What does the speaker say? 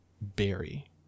berry